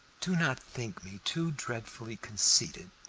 do not think me too dreadfully conceited,